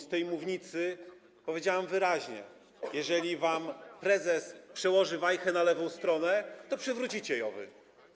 Z tej mównicy powiedziałem wyraźnie: Jeżeli wam prezes przełoży wajchę na lewą stronę, to przywrócicie JOW-y.